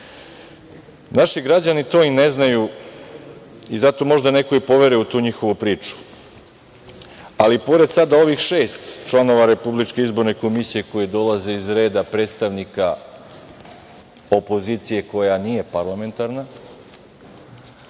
građani to i ne znaju i zato možda neko i poveruje u tu njihovu priču. Ali, pored sada ovih šest članova Republičke izborne komisije koji dolaze iz reda predstavnika opozicije koja nije parlamentarna,